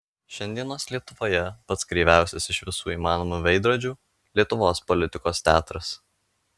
šiandienos lietuvoje pats kreiviausias iš visų įmanomų veidrodžių lietuvos politikos teatras